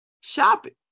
shopping